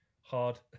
hard